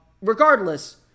Regardless